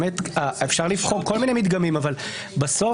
אפשר לבחור כל מיני מדגמים אבל בסוף